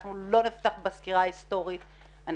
אנחנו לא נפתח בסקירה ההיסטורית אבל אני